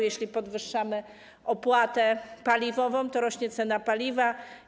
Jeśli podwyższamy opłatę paliwową, to rośnie cena paliwa.